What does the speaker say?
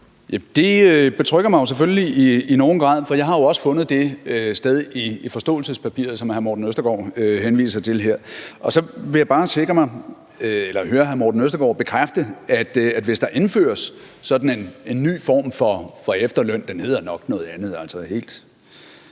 Det betrygger mig selvfølgelig i nogen grad, for jeg har jo også fundet det sted i forståelsespapiret, som hr. Morten Østergaard henviser til her. Så vil jeg bare høre hr. Morten Østergaard bekræfte, at hvis der indføres sådan en ny form for efterløn – den hedder nok noget andet,